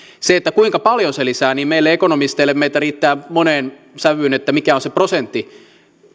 se kuinka paljon se lisää meitä ekonomisteja riittää moneen sävyyn siinä mikä on se prosentti